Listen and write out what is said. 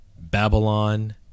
Babylon